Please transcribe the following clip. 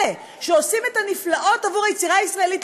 אלה שעושים את הנפלאות עבור היצירה הישראלית,